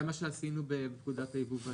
זה מה שעשינו בפקודת היבוא והיצוא.